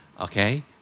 Okay